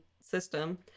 system